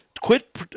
Quit